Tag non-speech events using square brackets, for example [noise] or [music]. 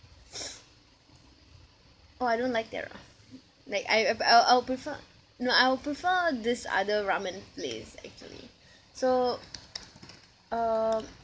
[breath] oh I don't like their ra~ like I I I'll I'll prefer no I'll prefer this other ramen place actually so um